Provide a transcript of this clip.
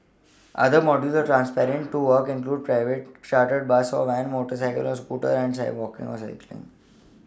other modes of transport to work include private Chartered bus or van motorcycle or scooter and walking or cycling